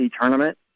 tournament